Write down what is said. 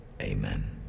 Amen